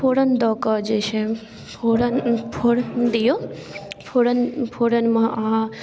फोरन दऽ कऽ जे छै फोरन फोरन दिऔ फोरन फोरनमे अहाँ